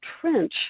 trench